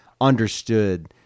understood